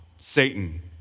Satan